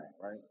right